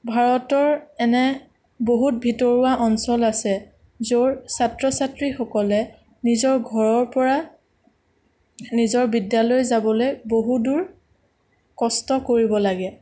ভাৰতৰ এনে বহুত ভিতৰুৱা অঞ্চল আছে য'ৰ ছাত্ৰ ছাত্ৰীসকলে নিজৰ ঘৰৰ পৰা নিজৰ বিদ্যালয় যাবলৈ বহুতদূৰ কষ্ট কৰিব লাগে